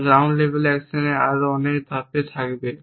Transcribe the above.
যা ground level অ্যাকশনের আরও অনেক ধাপ থাকবে